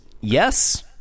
yes